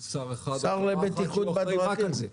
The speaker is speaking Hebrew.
שר אחד רק על זה.